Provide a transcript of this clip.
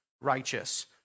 righteous